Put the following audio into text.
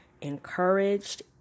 encouraged